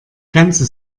ganze